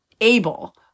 able